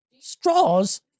Straws